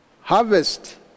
harvest